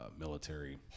military